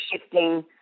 shifting